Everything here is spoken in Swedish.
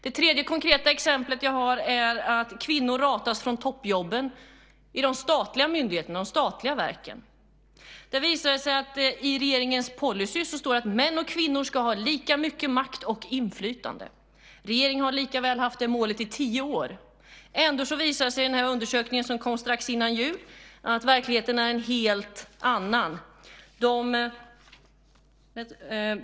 Det tredje konkreta exemplet är att kvinnor ratas från toppjobben i de statliga myndigheterna och de statliga verken. Det visade sig att det i regeringens policy står att män och kvinnor ska ha lika mycket makt och inflytande. Regeringen har haft det målet i tio år, och ändå visade det sig i den undersökning som kom strax före jul att verkligheten är en helt annan.